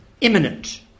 imminent